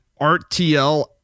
RTL